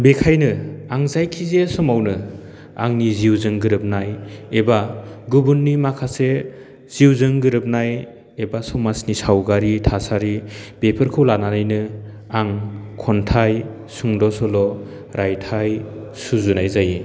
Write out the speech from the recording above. बेखायनो आं जायखिजाया समावनो आंनि जिउजों गोरोबनाय एबा गुबुननि माखासे जिउजों गोरोबनाय एबा समाजनि सावगारि थासारि बेफोरखौ लानानैनो आं खन्थाइ सुंद' सल' रायथाइ सुजुनाय जायो